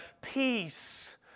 peace